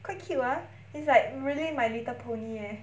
quite cute ah is like really my little pony leh